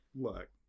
look